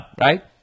right